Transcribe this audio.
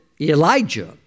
Elijah